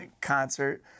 concert